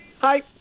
Hi